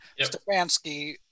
Stefanski